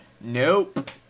Nope